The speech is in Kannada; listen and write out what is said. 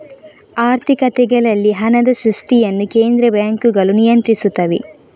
ಆರ್ಥಿಕತೆಗಳಲ್ಲಿ ಹಣದ ಸೃಷ್ಟಿಯನ್ನು ಕೇಂದ್ರ ಬ್ಯಾಂಕುಗಳು ನಿಯಂತ್ರಿಸುತ್ತವೆ